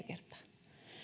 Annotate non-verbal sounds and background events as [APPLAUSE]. [UNINTELLIGIBLE] kertaa